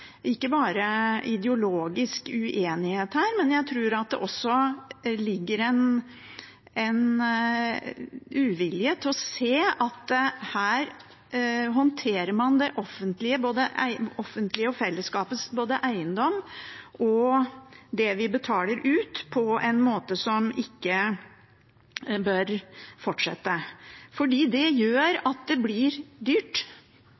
ideologisk uenighet her, jeg tror det også er en uvilje til å se at her håndterer man både det offentlige og fellesskapets eiendom og det vi betaler ut, på en måte som ikke bør fortsette. For det gjør at det blir dyrt,